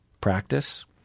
practice